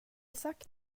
sagt